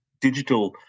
digital